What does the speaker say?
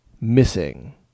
missing